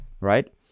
right